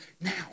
now